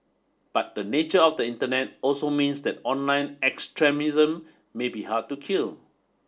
but the nature of the Internet also means that online extremism may be hard to kill